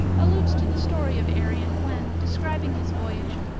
alludes to the story of arion, when, describing his voyage,